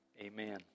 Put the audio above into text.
Amen